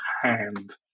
hand